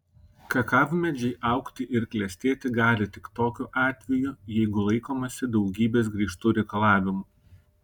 kakavmedžiai augti ir klestėti gali tik tokiu atveju jeigu laikomasi daugybės griežtų reikalavimų